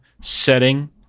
setting